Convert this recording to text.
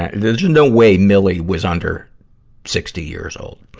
there's no way millie was under sixty years old.